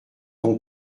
ton